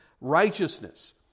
righteousness